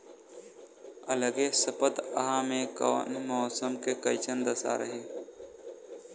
अलगे सपतआह में मौसम के कइसन दशा रही?